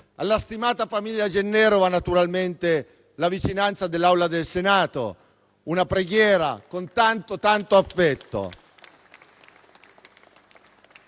Alla stimata famiglia Gennero va naturalmente la vicinanza dell'Assemblea del Senato e una preghiera, con tanto tanto affetto.